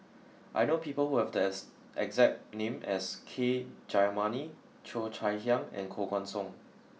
I know people who have there's exact name as K Jayamani Cheo Chai Hiang and Koh Guan Song